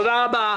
תודה רבה.